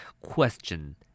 Question